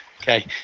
Okay